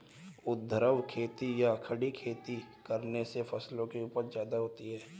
ऊर्ध्वाधर खेती या खड़ी खेती करने से फसल की उपज ज्यादा होती है